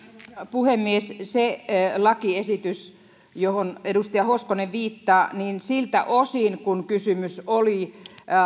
puhemies siinä lakiesityksessä johon edustaja hoskonen viittaa siltä osin kuin kysymys oli